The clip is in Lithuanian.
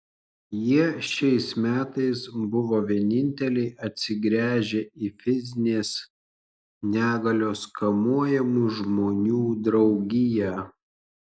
jie šiais metais buvo vieninteliai atsigręžę į fizinės negalios kamuojamų žmonių draugiją